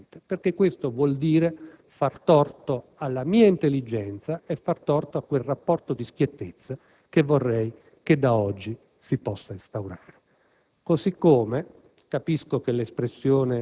Non mi venga a dire che c'era un Governo differente, perché ciò vuol dire far torto alla mia intelligenza e a quel rapporto di schiettezza che vorrei si possa instaurare